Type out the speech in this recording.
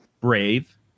brave